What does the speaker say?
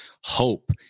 hope